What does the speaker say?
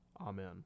amen